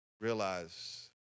realize